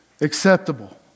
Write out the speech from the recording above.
acceptable